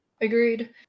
Agreed